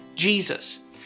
Jesus